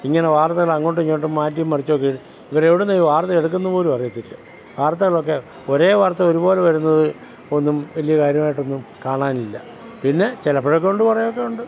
ഇങ്ങനെ വാർത്തകൾ അങ്ങോട്ടും ഇങ്ങോട്ടു മാറ്റിയും മറിച്ചുമൊക്കെ ഇടും ഇവർ എവിടെ നിന്നാണ് ഈ വാർത്ത എടുക്കുന്നത് പോലും അറിയത്തില്ല വർത്തകളൊക്കെ ഒരേ വാർത്ത ഒരുപോലെ വരുന്നത് ഒന്നും വലിയ കാര്യമായിട്ടൊന്നും കാണാനില്ല പിന്നെ ചിലപ്പോഴൊക്കെ ഉണ്ട് കുറെയൊക്കെ ഉണ്ട്